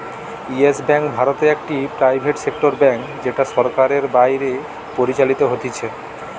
yes Bank ভারতে একটি private sector bank যেটা সরকারের বাইরে পরিচালিত হতিছে